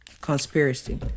conspiracy